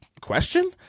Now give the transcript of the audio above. question